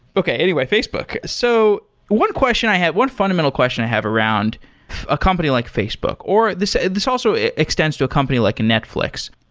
okay. anyway, facebook. so one question i have, one fundamental question i have around a company like facebook, or this ah this also extends to a company like netflix.